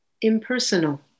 impersonal